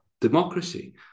democracy